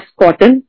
cotton